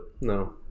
no